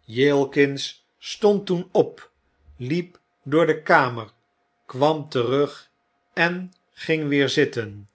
jilkins stond toen op liep door de kamer kwam terug en ging weer zitten